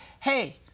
Hey